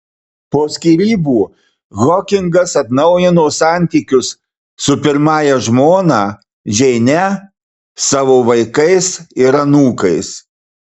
po skyrybų hokingas atnaujino santykius su pirmąja žmona džeine savo vaikais ir anūkais